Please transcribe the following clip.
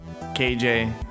KJ